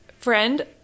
friend